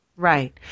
Right